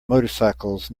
motorcycles